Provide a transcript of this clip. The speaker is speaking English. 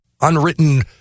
unwritten